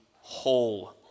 whole